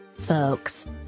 folks